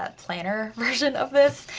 ah planner version of this.